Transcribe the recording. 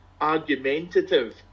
argumentative